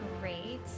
great